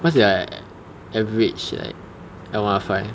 what's your average like L one R five